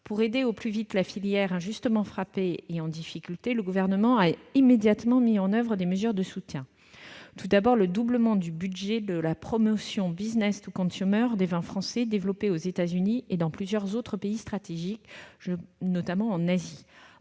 Pour aider au plus vite la filière, injustement frappée et en difficulté, le Gouvernement a immédiatement mis en oeuvre des mesures de soutien : doublement du budget de la promotion des vins français développés aux États-Unis et dans plusieurs autres pays stratégiques, notamment en Asie,